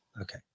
Okay